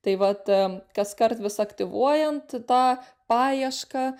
tai vat kaskart vis aktyvuojant tą paiešką